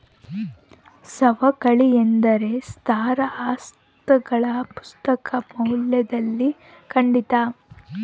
ಸವಕಳಿ ಎಂದರೆ ಸ್ಥಿರ ಆಸ್ತಿಗಳ ಪುಸ್ತಕ ಮೌಲ್ಯದಲ್ಲಿನ ಕಡಿತ